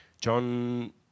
John